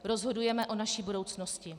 Rozhodujeme o naší budoucnosti.